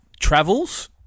Travels